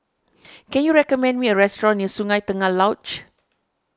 can you recommend me a restaurant near Sungei Tengah Lodge